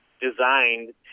designed